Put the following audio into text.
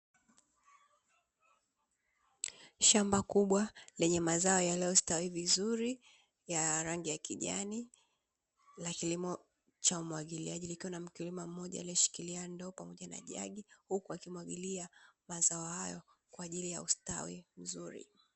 Shamba kubwa lenye mazao yaliostawi vizuri, ya rangi ya kijani na kilimo cha umwagiliaji. Kukiwa na mkulima mmoja aliyeshikilia ndoo pamoja na jagi, huku akimwagilia mazao hayo kwa ajili ya ustawi mzuri.